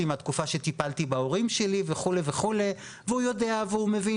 עוד מהתקופה שבה אני טיפלתי בהורים שלי וכולי והוא יודע והוא מבין,